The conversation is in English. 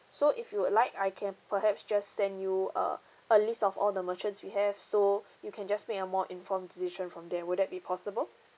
so if you would like I can perhaps just send you a a list of all the merchants we have so you can just make a more informed decision from there would that be possible